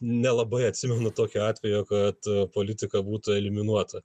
nelabai atsimenu tokio atvejo kad politika būtų eliminuota